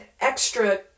extra